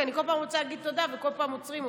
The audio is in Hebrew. כי אני כל פעם רוצה להגיד תודה וכל פעם עוצרים אותי.